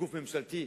גוף ממשלתי,